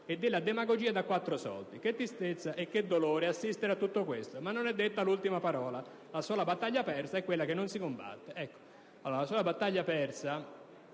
e della demagogia da quattro soldi. Che tristezza e che dolore assistere a tutto questo. Ma non è detta l'ultima parola. La sola battaglia persa è quella che non si combatte».